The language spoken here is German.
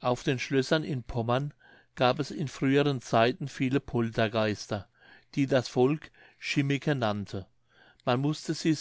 auf den schlössern in pommern gab es in früheren zeiten viele poltergeister die das volk chimmeke nannte man mußte sie